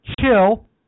chill